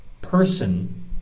person